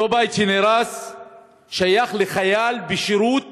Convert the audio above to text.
אותו בית שנהרס שייך לחייל בשירות